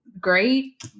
great